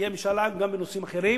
יהיה משאל עם גם בנושאים אחרים